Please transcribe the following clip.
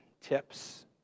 tips